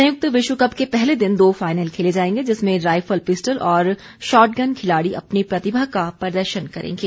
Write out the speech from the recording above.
संयुक्त विश्वकप के पहले दिन दो फाइनल खेले जाएंगे जिसमें राइफल पिस्टल और शॉटगन खिलाड़ी अपनी प्रतिभा का प्रदर्शन करेंगे